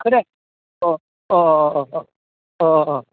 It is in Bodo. खोनायाखै अह अह अह अह अह